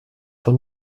von